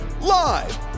live